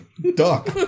Duck